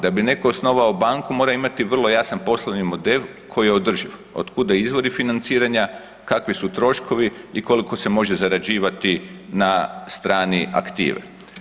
Da bi netko osnovao banku, mora imati vrlo jasan poslovni model koji je održiv, od kuda izvori financiranja, kakvi su troškovi i koliko se može zarađivati na strani aktive.